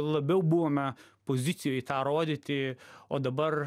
labiau buvome pozicijoj tą rodyti o dabar